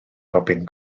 robin